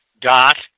dot